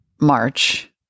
march